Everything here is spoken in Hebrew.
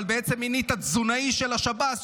אבל בעצם מינית תזונאי של השב"ס,